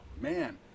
man